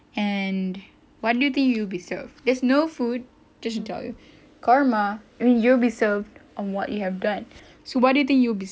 and what do you think you'll be served there's no food just to tell you karma you'll be served on what you have done so what do you think you'll be served